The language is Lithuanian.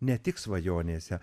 ne tik svajonėse